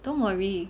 don't worry